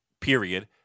period